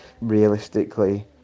realistically